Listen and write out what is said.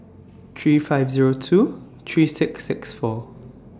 three five Zero two three six six four